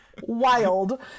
wild